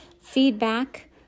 feedback